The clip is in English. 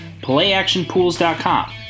playactionpools.com